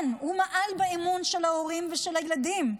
הוא מעל באמון של ההורים ושל הילדים.